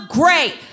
great